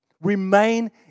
Remain